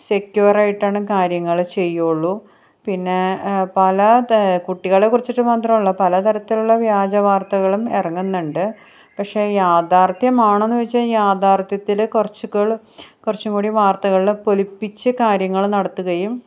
സെക്ക്യുവറായിട്ടാണ് കാര്യങ്ങൾ ചെയ്യുള്ളു പിന്നെ പല കുട്ടികളേക്കുറിച്ചിട്ട് മാത്രമല്ല പല തരത്തിലുള്ള വ്യാജ വാർത്തകളും ഇറങ്ങുന്നുണ്ട് പക്ഷേ യാഥാർഥ്യമാണോയെന്ന് ചോദിച്ചാൽ യാഥാർഥ്യത്തിൽ കുറച്ച് കുറച്ചും കൂടി വാർത്തകളിൽ പൊലിപ്പിച്ച് കാര്യങ്ങൾ നടത്തുകയും